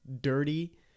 dirty